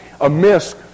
amiss